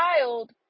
child